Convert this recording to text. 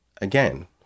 again